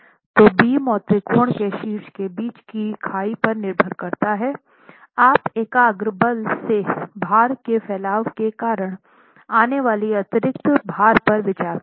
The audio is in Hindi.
तो बीम और त्रिकोण के शीर्ष के बीच की खाई पर निर्भर करता है आप एकाग्र बल से भार के फैलाव के कारण आने वाले अतिरिक्त भार पर विचार करेंगे